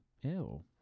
Ew